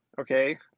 okay